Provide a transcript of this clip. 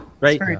right